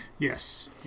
Yes